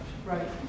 Right